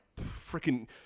freaking